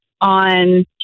on